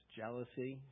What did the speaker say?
jealousy